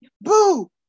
Boo